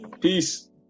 Peace